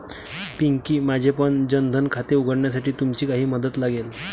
पिंकी, माझेपण जन धन खाते उघडण्यासाठी तुमची काही मदत लागेल